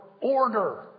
order